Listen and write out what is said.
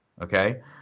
okay